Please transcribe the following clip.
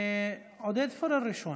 עודד פורר ראשון.